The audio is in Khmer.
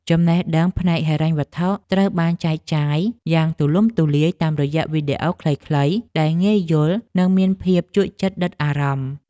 ចំណេះដឹងផ្នែកហិរញ្ញវត្ថុត្រូវបានចែកចាយយ៉ាងទូលំទូលាយតាមរយៈវីដេអូខ្លីៗដែលងាយយល់និងមានភាពជក់ចិត្តដិតអារម្មណ៍។